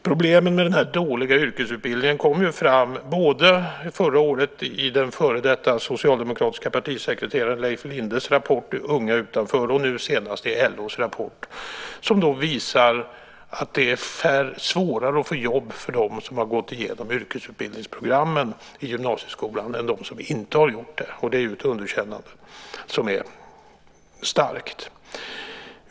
Problemen med den dåliga yrkesutbildningen kom fram både förra året i före detta socialdemokratiska partisekreteraren Leif Lindes rapport Unga utanför och nu senast i LO:s rapport. De visar att det är svårare att få jobb för dem som har gått igenom yrkesutbildningsprogrammen i gymnasieskolan än för dem som inte har gjort det. Det är ju ett starkt underkännande.